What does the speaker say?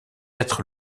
être